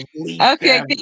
Okay